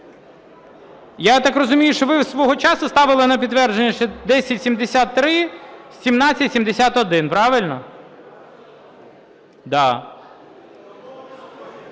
Я так розумію, що ви свого часу ставили на підтвердження ще 1073, 1771, правильно? Да.